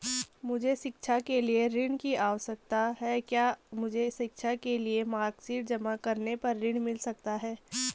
मुझे शिक्षा के लिए ऋण की आवश्यकता है क्या मुझे शिक्षा के लिए मार्कशीट जमा करने पर ऋण मिल सकता है?